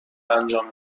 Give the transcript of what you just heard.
انجام